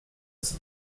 esse